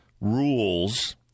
rules